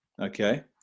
okay